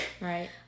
right